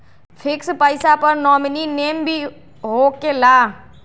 Fix पईसा पर nominee name भी होकेला?